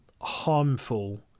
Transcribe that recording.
harmful